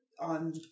on